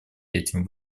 этим